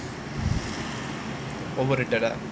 over